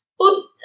Put